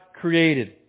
created